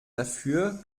dafür